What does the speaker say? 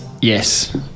Yes